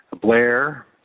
Blair